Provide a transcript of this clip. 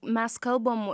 mes kalbam